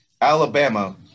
Alabama